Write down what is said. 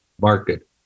market